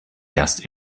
erst